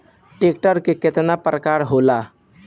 Tractor के केतना प्रकार होला?